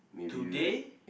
today